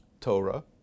Torah